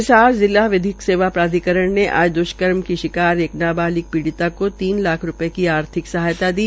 हिसार जिला विधिक सेवा प्राधिकरण ने आज द्वष्कर्म की शिकार एक नाबालिग पीड़िता को तीन लाख रूपये की आर्थिक सहायता दी